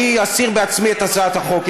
אני אסיר בעצמי את הצעת החוק.